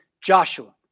Joshua